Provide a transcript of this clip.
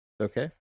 okay